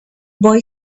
boy